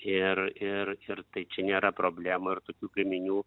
ir ir ir tai čia nėra problema ir tokių gaminių